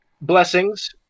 blessings